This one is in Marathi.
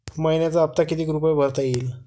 मइन्याचा हप्ता कितीक रुपये भरता येईल?